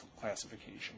classification